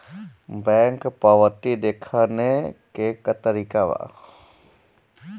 Bank पवती देखने के का तरीका बा?